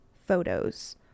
photos